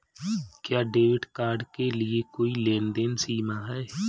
क्या debit card के लिए कोई लेनदेन सीमा है?